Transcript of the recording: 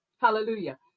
hallelujah